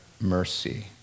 Mercy